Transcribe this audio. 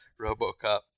RoboCop